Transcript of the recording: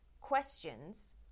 questions